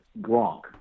Gronk